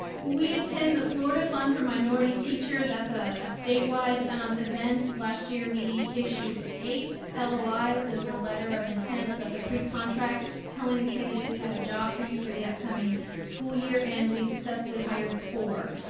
we attend the florida fund for minority teacher. that's ah a statewide event. last year we issued eight lois, those are letter of intents, that's a pre-contract telling the candidate we have a job for you for the upcoming school year, and we successfully hired four,